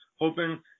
hoping